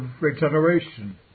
regeneration